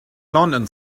london